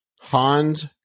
Hans